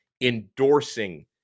endorsing